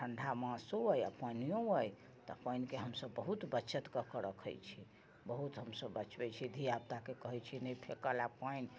ठण्ढ़ा मासो अइ आओर पानियो अइ तऽ पानिके हमसब बहुत बचत कऽके रखै छी बहुत हमसब बचबै छी धिया पूताके कहै छियै नहि फेकै लए पानि